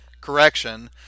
correction